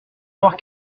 voir